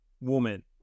woman